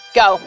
go